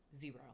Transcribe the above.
Zero